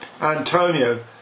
Antonio